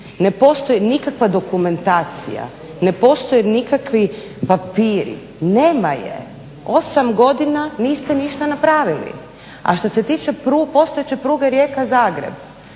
Ne postoji nikakva dokumentacija, ne postoje nikakvi papiri, nema je. 8 godina niste ništa napravili. A što se tiče postojeće pruge Rijeka – Zagreb